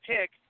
pick